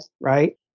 right